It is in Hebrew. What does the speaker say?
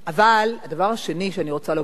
אבל הדבר השני שאני רוצה לומר הוא כך: